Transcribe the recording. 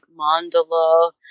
mandala